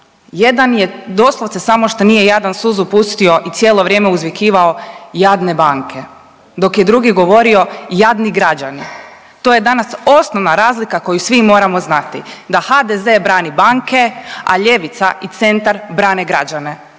Jedan je doslovce samo što nije jadan suzu pustio i cijelo vrijeme uzvikivao jadne banke, dok je drugi govorio jadni građani. To je danas osnovna razlika koju svi moramo znati da HDZ brani banke, a ljevica i centra brani građane.